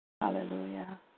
Hallelujah